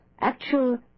actual